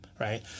Right